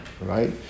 right